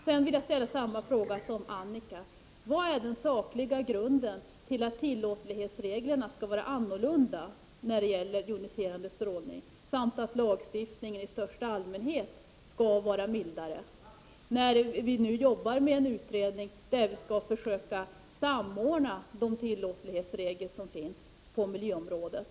Sedan vill jag ställa samma fråga som Annika Åhnberg: Vad är den sakliga grunden för att tillåtlighetsreglerna skall vara annorlunda när det gäller joniserande strålning samt att lagstiftningen i största allmänhet skall vara mildare, när vi nu jobbar med en utredning som skall försöka samordna tillåtlighetsreglerna på det området?